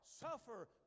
suffer